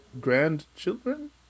grandchildren